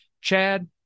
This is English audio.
chad